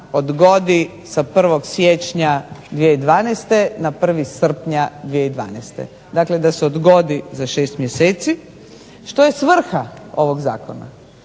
odgodi sa 1. siječnja 2012. na 1. srpnja 2012., dakle da se odgodi za 6 mjeseci. Što je svrha ovog zakona?